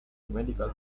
medical